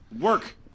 Work